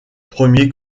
premier